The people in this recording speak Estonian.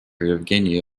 jevgeni